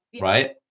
right